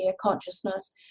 consciousness